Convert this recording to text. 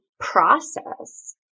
Process